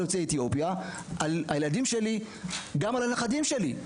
יוצאי אתיופיה הילדים שלי והנכדים שלי,